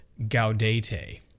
Gaudete